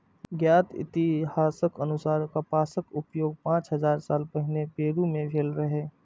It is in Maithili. ज्ञात इतिहासक अनुसार कपासक उपयोग पांच हजार साल पहिने पेरु मे भेल रहै